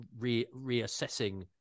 reassessing